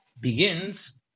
begins